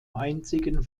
einzigen